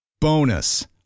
Bonus